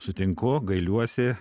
sutinku gailiuosi